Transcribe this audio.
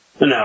No